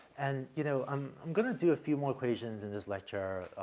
and you know, i'm, i'm gonna do a few more equations in this lecture, ah,